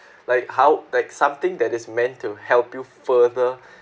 like how like something that is meant to help you further